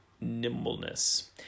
nimbleness